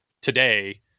today